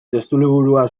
testuliburua